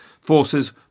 Forces